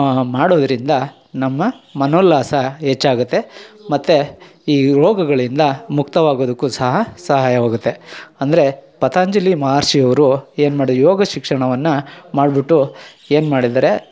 ಮಾಡೋದರಿಂದ ನಮ್ಮ ಮನೋಲ್ಲಾಸ ಹೆಚ್ಚಾಗುತ್ತೆ ಮತ್ತು ಈ ರೋಗಗಳಿಂದ ಮುಕ್ತವಾಗೋದಕ್ಕೂ ಸಹ ಸಹಾಯವಾಗುತ್ತೆ ಅಂದರೆ ಪತಂಜಲಿ ಮಹರ್ಷಿಯವರು ಏನು ಮಾಡಿದ್ರು ಯೋಗ ಶಿಕ್ಷಣವನ್ನು ಮಾಡ್ಬಿಟ್ಟು ಏನು ಮಾಡಿದಾರೆ